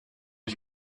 ich